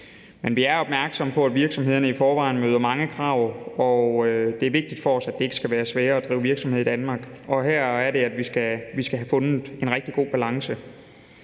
Vi er opmærksomme på, at virksomhederne i forvejen møder mange krav, og det er vigtigt for os, at det ikke skal være sværere at drive virksomhed i Danmark, og her er det, at vi skal have fundet en rigtig god balance.